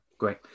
Great